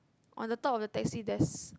on the top of the taxi there's